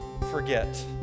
forget